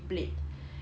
then